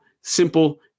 simple